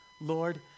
Lord